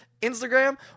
Instagram